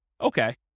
Okay